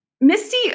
Misty